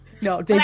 No